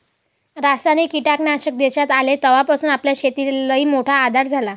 रासायनिक कीटकनाशक देशात आले तवापासून आपल्या शेतीले लईमोठा आधार झाला